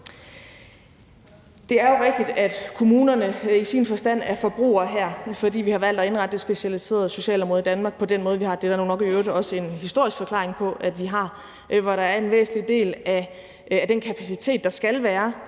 Det er jo rigtigt, at kommunerne i sin forstand er forbrugere her, fordi vi har valgt at indrette det specialiserede socialområde i Danmark på den måde, vi har – det er der nok i øvrigt også en historisk forklaring på at vi har – hvor der er en væsentlig del af den kapacitet, der skal være